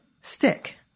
stick